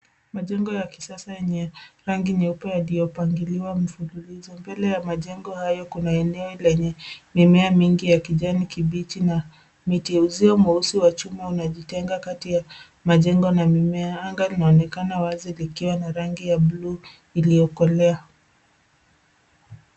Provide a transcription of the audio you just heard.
Majengo ya kisasa yenye rangi nyeupe yaliyopangiliwa mfululizo. Mbele ya majengo hayo kuna eneo lenye mimea mingi ya kijani kibichi, na mitiuzio mweusi wa chuma unajitenga kati ya majengo na mimea. Anga linaonekana wazi likiwa na rangi ya blue , iliyokolea.